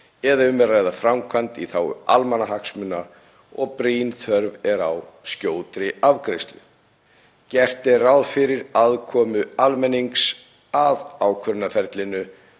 er að ræða framkvæmd í þágu almannahagsmuna og brýn þörf er á skjótri afgreiðslu. Gert er ráð fyrir aðkomu almennings að ákvörðunarferlinu